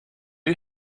you